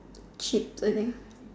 cheap living